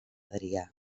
adrià